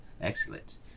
Excellent